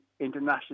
International